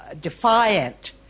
Defiant